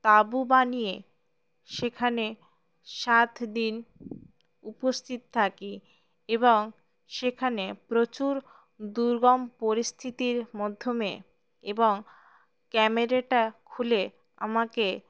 তাবু বানিয়ে সেখানে সাত দিন উপস্থিত থাকি এবং সেখানে প্রচুর দুর্গম পরিস্থিতির মধ্যে এবং ক্যামেরাটা খুলে আমাকে